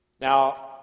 Now